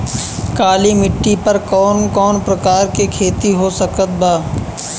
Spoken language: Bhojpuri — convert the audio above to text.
काली मिट्टी पर कौन कौन प्रकार के खेती हो सकत बा?